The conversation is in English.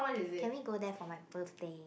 can we go there for my birthday